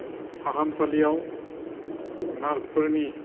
फाहामसालियाव नार्सफोरनि